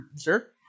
Sure